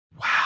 Wow